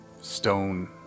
Stone